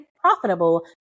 profitable